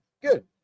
Good